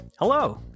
Hello